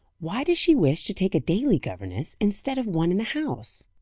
why does she wish to take a daily governess instead of one in the house?